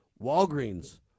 Walgreens